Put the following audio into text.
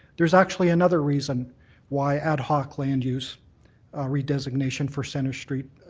there's actually another reason why ad hoc land use redesignation for centre street